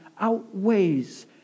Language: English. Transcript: outweighs